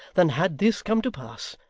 than had this come to pass.